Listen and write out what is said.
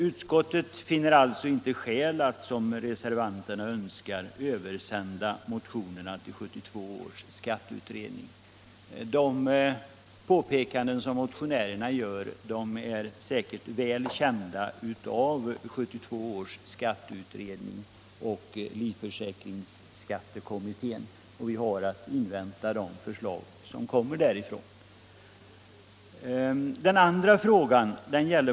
Utskottet finner alltså inte skäl att, som reservanterna önskar, översända motionerna till 1972 års skatteutredning. De påpekanden som motionärerna gör är säkert väl kända av 1972 års skatteutredning och livförsäkringskommittén, och vi har att invänta de förslag som kommer därifrån.